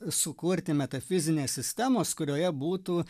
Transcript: sukurti metafizinės sistemos kurioje būtų